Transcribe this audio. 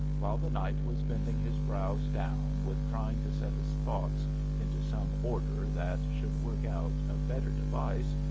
while the knight was bending his brows down with trying to set his thoughts into some order that should work out a better device,